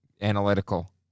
Analytical